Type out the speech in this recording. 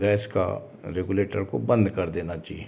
gas का regulator को बंद कर देना चाहिए